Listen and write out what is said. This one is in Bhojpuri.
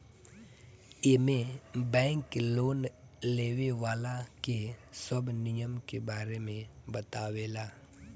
एमे बैंक लोन लेवे वाला के सब नियम के बारे में बतावे ला